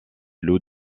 loups